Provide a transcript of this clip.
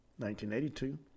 1982